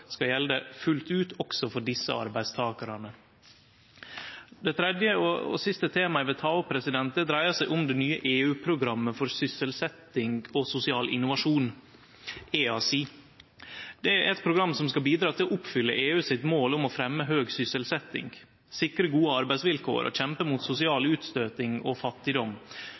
skal gjelde fullt ut også for desse arbeidstakarane. Det tredje og siste temaet eg vil ta opp, dreier seg om det nye EU-programmet for sysselsetting og sosial innovasjon, EaSI. Dette er eit program som skal bidra til å oppfylle EU sitt mål om å fremje høg sysselsetting, sikre gode arbeidsvilkår og kjempe mot sosial utstøyting og fattigdom.